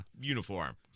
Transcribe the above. Uniform